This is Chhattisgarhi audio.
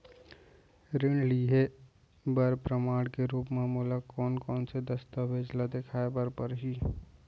ऋण लिहे बर प्रमाण के रूप मा मोला कोन से दस्तावेज ला देखाय बर परही?